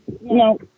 no